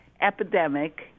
epidemic